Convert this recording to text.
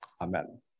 Amen